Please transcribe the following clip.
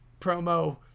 promo